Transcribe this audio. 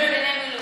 קציני מילואים.